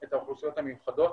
את האוכלוסיות המיוחדות.